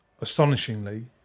astonishingly